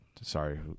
sorry